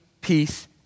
peace